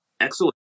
Excellent